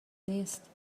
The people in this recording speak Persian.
نیست